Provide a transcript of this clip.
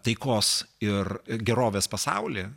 taikos ir gerovės pasaulį